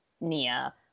Nia